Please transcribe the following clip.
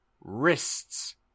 wrists